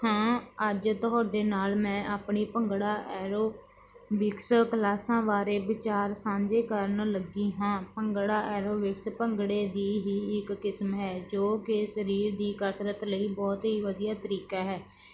ਹਾਂ ਅੱਜ ਤੁਹਾਡੇ ਨਾਲ ਮੈਂ ਆਪਣੀ ਭੰਗੜਾ ਐਰੋਬਿਕਸ ਕਲਾਸਾਂ ਬਾਰੇ ਵਿਚਾਰ ਸਾਂਝੇ ਕਰਨ ਲੱਗੀ ਹਾਂ ਭੰਗੜਾ ਐਰੋਬਿਕਸ ਭੰਗੜੇ ਦੀ ਹੀ ਇੱਕ ਕਿਸਮ ਹੈ ਜੋ ਕਿ ਸਰੀਰ ਦੀ ਕਸਰਤ ਲਈ ਬਹੁਤ ਹੀ ਵਧੀਆ ਤਰੀਕਾ ਹੈ